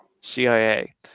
CIA